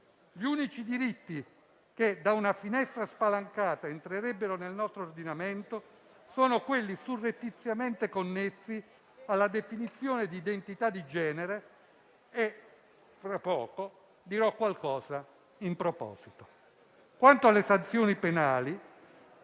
Gli unici diritti che da una finestra spalancata entrerebbero nel nostro ordinamento sono quelli surrettiziamente connessi alla definizione di identità di genere, e fra poco dirò qualcosa in proposito. Quanto alle sanzioni penali,